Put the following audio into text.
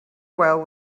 well